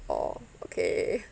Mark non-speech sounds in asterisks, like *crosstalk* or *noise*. oh okay *laughs*